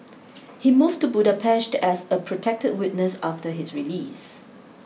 he move to Budapest as a protected witness after his release